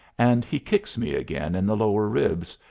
and he kicks me again in the lower ribs,